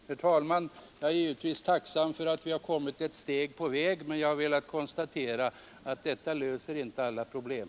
Herr talman, jag är givetvis tacksam för att vi nu har kommit ett steg på väg, men jag har velat konstatera att detta inte löser alla problem.